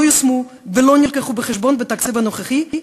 יושמו ולא נלקחו בחשבון בתקציב הנוכחי.